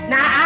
Now